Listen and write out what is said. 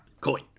Coin